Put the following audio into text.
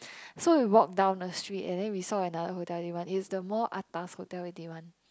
so we walked down the street and then we saw another Hotel-Eighty-One it is the more atas Hotel-Eighty-One